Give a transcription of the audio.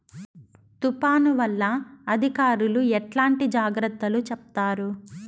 తుఫాను వల్ల అధికారులు ఎట్లాంటి జాగ్రత్తలు చెప్తారు?